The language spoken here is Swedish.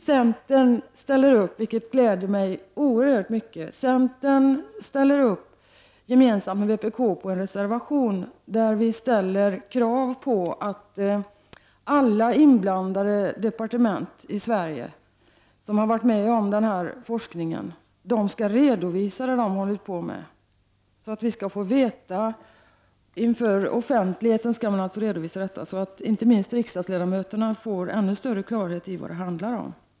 Centern ställer upp tillsammans med vänsterpartiet, vilket gläder mig mycket, i en reservation där vi reser krav på att alla inblandade departement i Sverige som har varit med om denna forskning offentligt skall redovisa vad de håller på med, så att inte minst riksdagsledamöterna får ännu större klarhet kring vad detta handlar om.